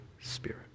Spirit